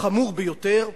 החמור ביותר,